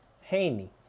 Haney